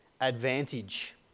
advantage